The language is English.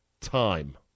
time